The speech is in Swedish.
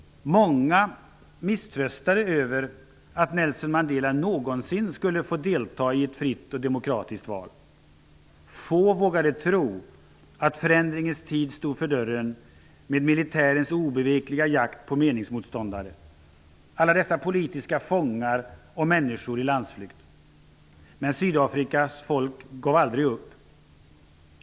Många misströstade om att Nelson Mandela någonsin skulle få delta i ett fritt och demokratiskt val. På grund av militärens obevekliga jakt på meningsmotståndare, alla dessa politiska fångar och människor i landsflykt vågade få tro att förändringens tid stod för dörren. Men Sydafrikas folk gav aldrig upp.